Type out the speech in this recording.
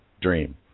dream